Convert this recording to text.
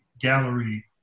gallery